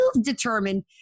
determined